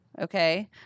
Okay